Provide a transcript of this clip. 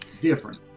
different